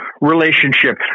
relationship